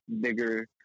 bigger